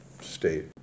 state